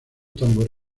tambor